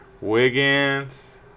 Wiggins